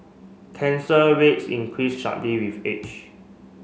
cancer rates increase sharply with age